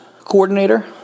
coordinator